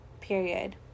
Period